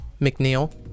McNeil